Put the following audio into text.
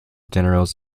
generals